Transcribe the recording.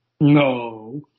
No